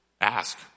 Ask